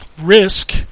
Risk